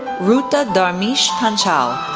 ruta dharmesh panchal,